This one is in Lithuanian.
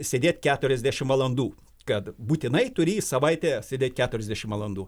sėdėt keturiasdešimt valandų kad būtinai turi į savaitę sėdėt keturiasdešimt valandų